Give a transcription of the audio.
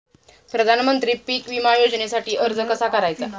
प्रधानमंत्री पीक विमा योजनेसाठी अर्ज कसा करायचा?